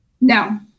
No